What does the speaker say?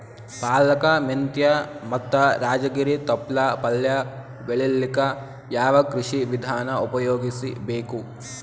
ಪಾಲಕ, ಮೆಂತ್ಯ ಮತ್ತ ರಾಜಗಿರಿ ತೊಪ್ಲ ಪಲ್ಯ ಬೆಳಿಲಿಕ ಯಾವ ಕೃಷಿ ವಿಧಾನ ಉಪಯೋಗಿಸಿ ಬೇಕು?